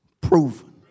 proven